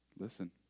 Listen